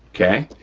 okay,